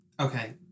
Okay